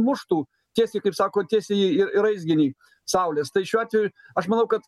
muštų tiesiai kaip sako tiesiai į į raizginį saulės tai šiuo atveju aš manau kad